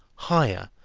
higher,